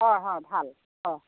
ভাল